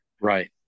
Right